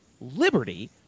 Liberty